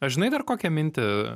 žinai dar kokią mintį